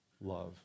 love